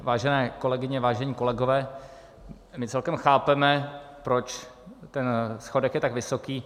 Vážené kolegyně, vážení kolegové, my celkem chápeme, proč ten schodek je tak vysoký.